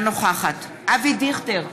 אינה נוכחת אבי דיכטר,